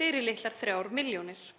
fyrir litlar 3 milljónir.